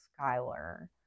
skyler